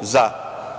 za